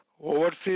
overseas